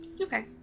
Okay